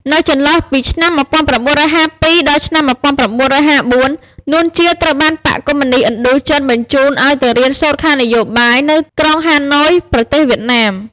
នៅចន្លោះពីឆ្នាំ១៩៥២ ដល់ឆ្នាំ១៩៥៤ នួន ជា ត្រូវបានបក្សកុម្មុយនិស្តឥណ្ឌូចិនបញ្ជូនឱ្យទៅរៀនសូត្រខាងនយោបាយ នៅក្រុងហាណូយ ប្រទេសវៀតណាម។